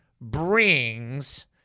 brings